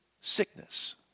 sickness